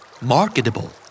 Marketable